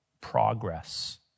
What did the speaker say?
progress